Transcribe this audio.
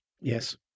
Yes